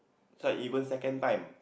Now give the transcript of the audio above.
it's not even second time